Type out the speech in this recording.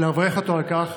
לברך אותו על כך,